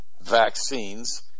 vaccines